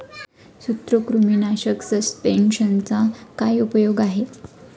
सूत्रकृमीनाशक सस्पेंशनचा काय उपयोग आहे?